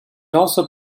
also